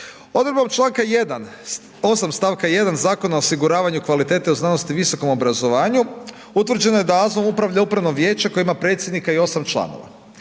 Odredbom čl. 8. st. 1. Zakona o osiguravanju kvalitete u znanosti i visokom obrazovanju, utvrđeno je da AZVO-om upravlja upravno vijeće koje ima predsjednika i 8 članova.